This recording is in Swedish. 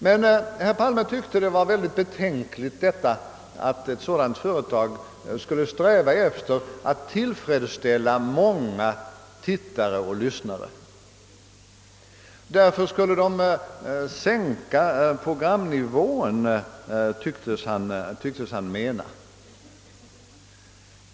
Herr Palme tyckte att det var betänkligt att ett sådant företag skulle sträva efter att tillfredsställa många tittare och lyssnare. Därmed skulle man sänka programnivån, tycktes han mena.